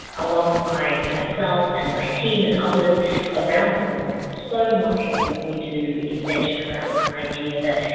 alongside myself and my team and others around the world, so much of what we do is centred around this idea that,